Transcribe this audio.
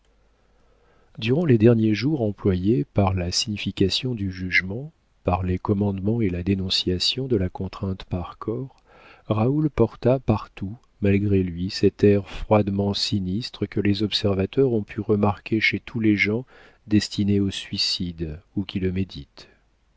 durant les derniers jours employés par la signification du jugement par les commandements et la dénonciation de la contrainte par corps raoul porta partout malgré lui cet air froidement sinistre que les observateurs ont pu remarquer chez tous les gens destinés au suicide ou qui le méditent